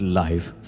life